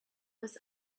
was